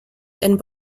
and